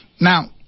Now